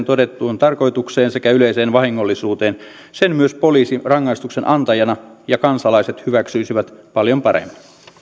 todettuun tarkoitukseen sekä yleiseen vahingollisuuteen sen myös poliisi rangaistuksen antajana ja kansalaiset hyväksyisivät paljon paremmin